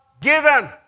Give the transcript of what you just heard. given